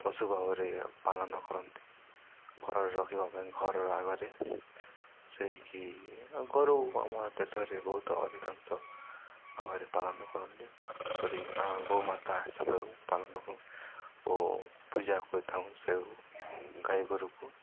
ପଶୁ ଭାବରେ ପାଳନ କରନ୍ତି ଘରରେ ରଖିବା ପାଇଁ ଘରର ଆଗରେ ସେହିକି ଗୋରୁ ଆମ ଦେଶରେ ବହୁତ ଅଧିକାଂଶ ଭାବରେ ପାଳନ କରନ୍ତି ଯେପରି ଆମ ଗୋମାତା ହିସାବରେ ପାଳନ କରୁ ଓ ପୂଜା କରିଥାଉ ସେ ଗାଈ ଗୋରୁକୁ